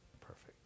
Perfect